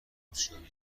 دوستیابی